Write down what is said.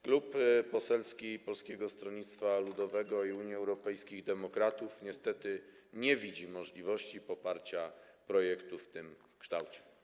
Klub Poselski Polskiego Stronnictwa Ludowego - Unii Europejskich Demokratów niestety nie widzi możliwości poparcia projektu w tym kształcie.